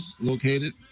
located